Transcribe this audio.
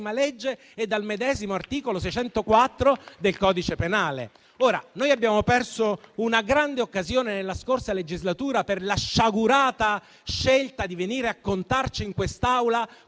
legge e dal medesimo articolo 604 del codice penale. Abbiamo perso una grande occasione nella scorsa legislatura per la sciagurata scelta di venire a contarci in quest'Aula